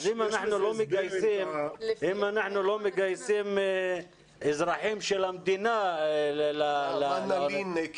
אז אם אנחנו לא מגייסים אזרחים של המדינה ל -- מה נלין,